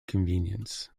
convenience